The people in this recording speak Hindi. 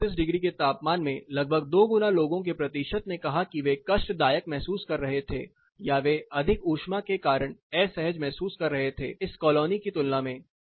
उसी 31 डिग्री के तापमान में लगभग दोगुना लोगों के प्रतिशत ने कहा कि वे कष्टदायक महसूस कर रहे थे या वे अधिक ऊष्मा के कारण असहज महसूस कर रहे थे इस कॉलोनी की तुलना में